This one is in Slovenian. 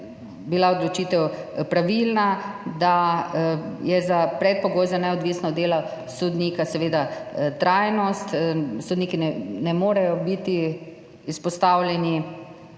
bila odločitev pravilna, da je predpogoj za neodvisno delo sodnika seveda trajnost. Sodniki ne morejo biti izpostavljeni